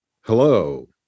hello